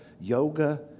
yoga